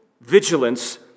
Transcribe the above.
vigilance